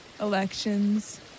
elections